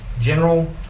general